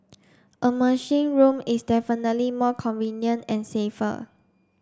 a machine room is definitely more convenient and safer